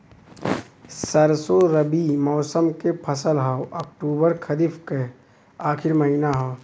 सरसो रबी मौसम क फसल हव अक्टूबर खरीफ क आखिर महीना हव